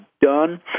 done